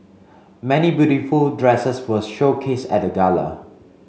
many beautiful dresses were showcased at the gala